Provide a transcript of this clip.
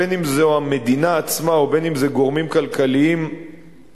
בין אם זו המדינה עצמה ובין אם זה גורמים כלכליים פרטיים,